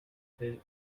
pivot